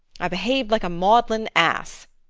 i behaved like a maudlin ass,